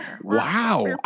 wow